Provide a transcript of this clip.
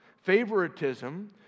Favoritism